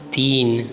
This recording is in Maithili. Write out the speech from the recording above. तीन